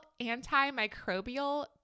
antimicrobial